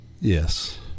Yes